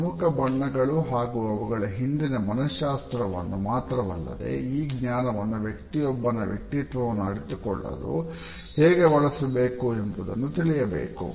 ಪ್ರಮುಖ ಬಣ್ಣಗಳು ಹಾಗೂ ಅವುಗಳ ಹಿಂದಿನ ಮನಃಶಾಸ್ತ್ರವನ್ನು ಮಾತ್ರವಲ್ಲದೆ ಈ ಜ್ಞಾನವನ್ನು ವ್ಯಕ್ತಿಯೊಬ್ಬನ ವ್ಯಕ್ತಿತ್ವವನ್ನು ಅರಿತುಕೊಳ್ಳಲು ಹೇಗೆ ಬಳಸಬೇಕು ಎಂಬುದನ್ನು ತಿಳಿಯಬೇಕು